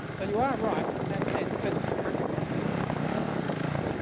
and so you are right in that sense. but america going to war with china have you heard something,